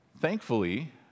Thankfully